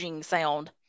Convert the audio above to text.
sound